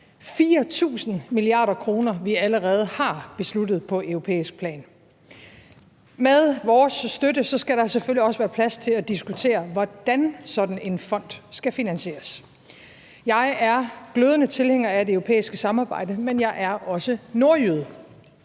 4.000 mia. kr., vi allerede har besluttet på europæisk plan. Med vores støtte skal der selvfølgelig også være plads til at diskutere, hvordan sådan en fond skal finansieres. Jeg er glødende tilhænger af det europæiske samarbejde, men jeg er også nordjyde,